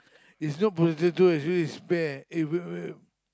is not potato is way is spare eh wait wait